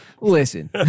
Listen